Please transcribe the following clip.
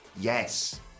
Yes